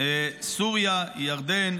סוריה וירדן.